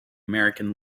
american